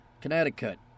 Connecticut